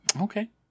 okay